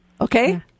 okay